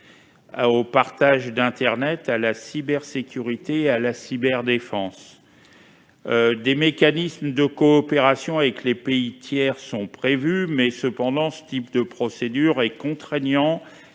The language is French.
de l'internet, la cybersécurité et la cyberdéfense. Des mécanismes de coopération avec les pays tiers sont prévus, mais ce type de procédure est contraignant